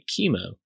chemo